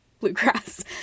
bluegrass